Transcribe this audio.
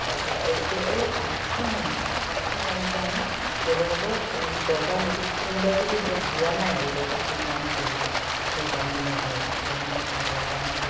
তাৰছত আৰু এতিয়া এই আঠখন গামোচা আঠখন গামোচা আমি বেলেগকো দৰকাৰ যদি কোনোবাই যদি ধৰক বোৱা নাই আৰু কাপোৰ বোৱা নাই বিহু কাপোৰ বোৱা নাই নুব বনোৱা নাই নোবোৱা কাৰণে ধৰক